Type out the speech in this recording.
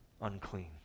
unclean